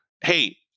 hey